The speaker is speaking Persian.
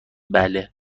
بله